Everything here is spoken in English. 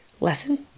Lesson